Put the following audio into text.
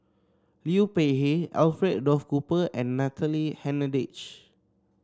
Liu Peihe Alfred Duff Cooper and Natalie Hennedige